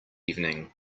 evening